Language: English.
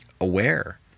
aware